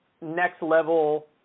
next-level